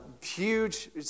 huge